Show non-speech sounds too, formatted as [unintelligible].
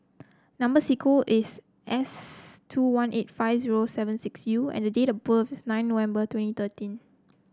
number [unintelligible] is S two one eight five zero seven six U and date of birth is nine November twenty thirteen